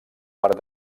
parc